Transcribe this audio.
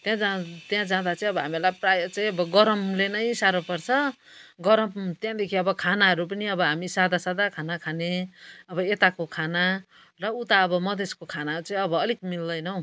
त्यहाँ जाँदा चाहिँ अब हामीलाई प्रायः चाहिँ अब गरमले नै साह्रो पर्छ गरम त्यहाँदेखि अब खानाहरू पनि अब हामी सादा सादा खाना खाने अब यताको खाना र उता अब मधेसको खाना चाहिँ अब अलिक मिल्दैन हौ